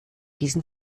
diesen